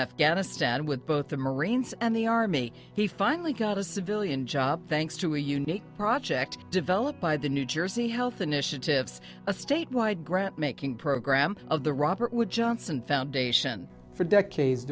afghanistan with both the marines and the army he finally got a civilian job thanks to a unique project developed by the new jersey health initiatives a statewide grant making program of the robert wood johnson foundation for decades